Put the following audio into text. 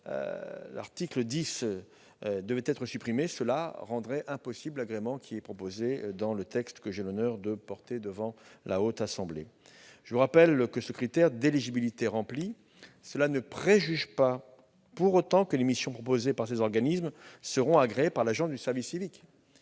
l'article 10 devait être supprimé, cela rendrait impossible l'agrément qui est proposé dans le texte que j'ai l'honneur de défendre devant la Haute Assemblée. Le fait que ce critère d'éligibilité soit rempli ne préjuge pas pour autant que les missions proposées par ces organismes seront agréées par l'Agence du service civique.